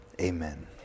Amen